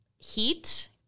heat